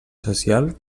social